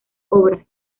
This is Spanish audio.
obras